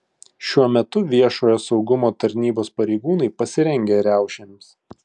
šiuo metu viešojo saugumo tarnybos pareigūnai pasirengę riaušėms